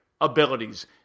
abilities